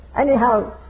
Anyhow